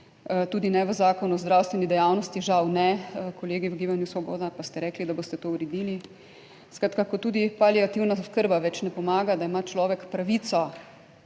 Tudi ne v Zakonu o zdravstveni dejavnosti, žal ne. Kolegi v Gibanju Svoboda pa ste rekli, da boste to uredili. Skratka, ko tudi paliativna oskrba več ne pomaga, da ima človek pravico